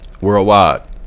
Worldwide